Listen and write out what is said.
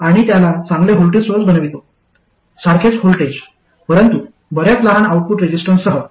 आणि त्याला चांगले व्होल्टेज सोर्स बनवितो सारखेच व्होल्टेज परंतु बर्याच लहान आउटपुट रेसिस्टन्ससह